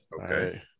Okay